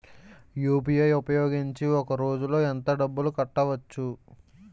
UPI ఉపయోగించి ఒక రోజులో ఎంత డబ్బులు కట్టవచ్చు?